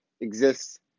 exists